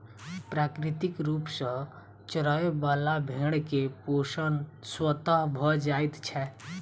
प्राकृतिक रूप सॅ चरय बला भेंड़ के पोषण स्वतः भ जाइत छै